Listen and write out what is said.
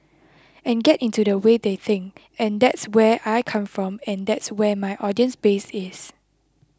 and get into the way they think and that's where I come from and that's where my audience base is